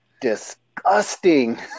disgusting